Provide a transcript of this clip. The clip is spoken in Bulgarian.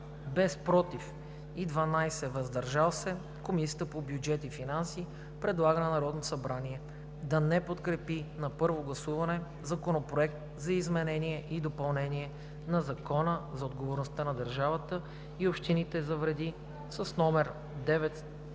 без „против“ и 12 „въздържал се” Комисията по бюджет и финанси предлага на Народното събрание да не подкрепи на първо гласуване Законопроект за изменение и допълнение на Закона за отговорността на държавата и общините за вреди, №